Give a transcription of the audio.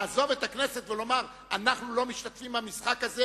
לעזוב את הכנסת ולומר: אנחנו לא משתתפים במשחק הזה